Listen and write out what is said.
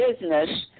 business